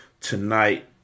tonight